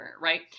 right